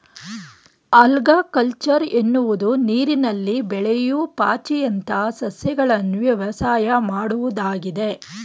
algaculture ಎನ್ನುವುದು ನೀರಿನಲ್ಲಿ ಬೆಳೆಯೂ ಪಾಚಿಯಂತ ಸಸ್ಯಗಳನ್ನು ವ್ಯವಸಾಯ ಮಾಡುವುದಾಗಿದೆ